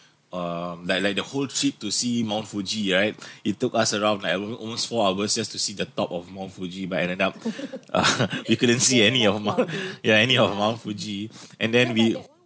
um like like the whole trip to see mount fuji right it took us around like almo~ almost four hours just to see the top of mount fuji but ended up we couldn't see any of mount ya any of mount fuji and then we